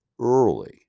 early